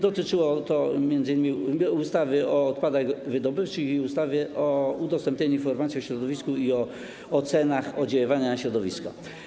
Dotyczyło to m.in. ustawy o odpadach wydobywczych i ustawy o udostępnianiu informacji o środowisku i o ocenach oddziaływania na środowisko.